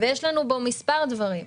ויש לנו בו מספר דברים.